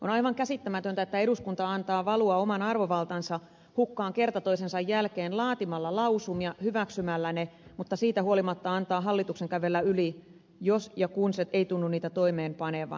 on aivan käsittämätöntä että eduskunta antaa valua oman arvovaltansa hukkaan kerta toisensa jälkeen laatimalla lausumia hyväksymällä ne mutta siitä huolimatta antaa hallituksen kävellä yli jos ja kun se ei tunnu niitä toimeenpanevan